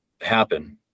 happen